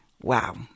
wow